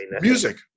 Music